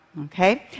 Okay